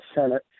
Senate